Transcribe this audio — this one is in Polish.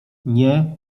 nie